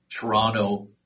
toronto